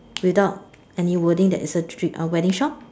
without any wording that is a wedding shop